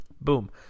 boom